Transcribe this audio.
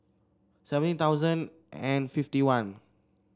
seventeen thousand and fifty one